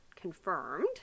confirmed